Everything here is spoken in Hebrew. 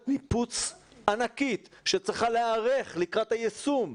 ניפוץ ענקית שצריכה להיערך לקראת היישום.